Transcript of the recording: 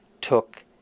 took